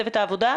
ודאי.